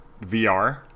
VR